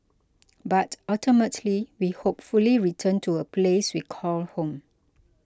but ultimately we hopefully return to a place we call home